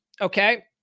okay